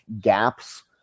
gaps